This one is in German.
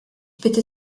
bitte